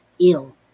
ill